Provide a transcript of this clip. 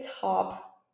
top